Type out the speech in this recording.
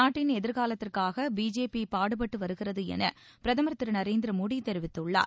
நாட்டின் எதிர்காலத்திற்காக பிஜேபி பாடுபட்டு வருகிறது என பிரதமர் திரு நரேந்திர மோடி தெரிவித்துள்ளார்